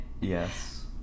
Yes